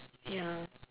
ya